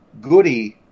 Goody